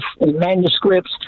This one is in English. manuscripts